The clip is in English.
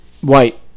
White